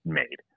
made